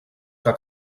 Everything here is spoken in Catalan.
que